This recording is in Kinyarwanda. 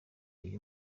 ayo